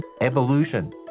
evolution